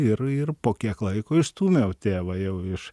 ir ir po kiek laiko išstūmiau tėvą jau iš